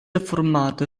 formato